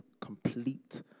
complete